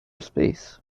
space